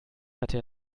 hatte